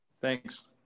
Thanks